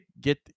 get